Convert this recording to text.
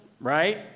right